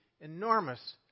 enormous